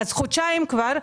חודשיים כבר,